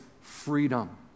freedom